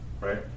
right